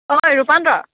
ঐ ৰূপান্তৰ